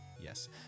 Yes